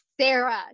Sarah